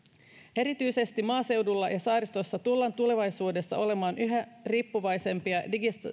erityisesti maaseudulla ja saaristossa tullaan tulevaisuudessa olemaan yhä riippuvaisempia